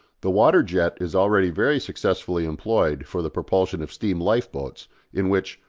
the water-jet is already very successfully employed for the propulsion of steam lifeboats in which,